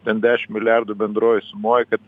ten dešim milijardų bendroj sumoj kad